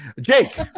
jake